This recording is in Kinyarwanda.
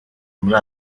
muri